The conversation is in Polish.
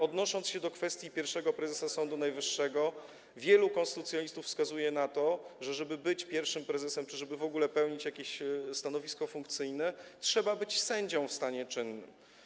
Odnosząc się do kwestii pierwszego prezesa Sądu Najwyższego, chciałbym zauważyć, iż wielu konstytucjonalistów wskazuje na to, że żeby być pierwszym prezesem czy żeby w ogóle pełnić jakieś stanowisko funkcyjne, trzeba być sędzią w stanie czynnym.